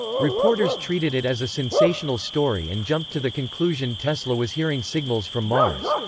reporters treated it as a sensational story and jumped to the conclusion tesla was hearing signals from mars.